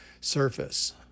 surface